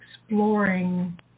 exploring